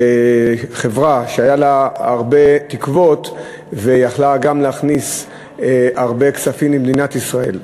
חברה שהיו לה הרבה תקוות ויכלה גם להכניס הרבה כספים למדינת ישראל,